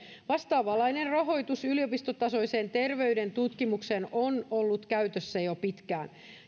vastaavanlainen rahoitus yliopistotasoiseen terveyden tutkimukseen on ollut käytössä jo pitkään